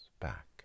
back